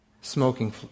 smoking